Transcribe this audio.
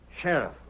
sheriff